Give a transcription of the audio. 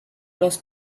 los